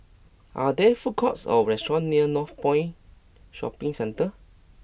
are there food courts or restaurants near Northpoint Shopping Centre